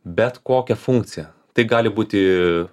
bet kokią funkciją tai gali būti